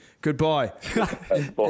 Goodbye